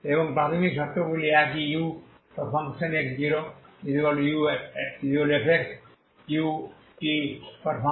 এবং প্রাথমিক শর্তগুলি একই ux0f utx0g